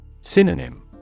Synonym